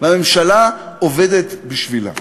והממשלה עובדת בשבילם.